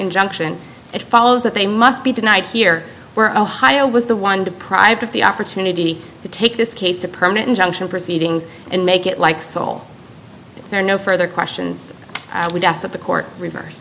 junction it follows that they must be denied here where ohio was the one deprived of the opportunity to take this case to permanent injunction proceedings and make it like sole there are no further questions i would ask that the court reverse